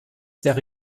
wäre